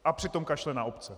A přitom kašle na obce.